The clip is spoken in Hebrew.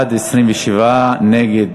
בעד, 27, נגד,